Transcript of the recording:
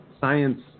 science